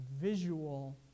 visual